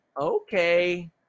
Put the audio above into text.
okay